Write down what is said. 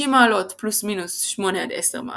90° +/- 8-10°